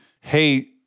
Hey